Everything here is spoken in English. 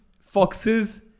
foxes